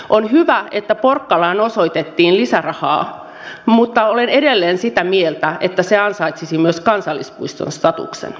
on hyvä että porkkalaan osoitettiin lisärahaa mutta olen edelleen sitä mieltä että se ansaitsisi myös kansallispuiston statuksen